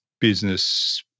business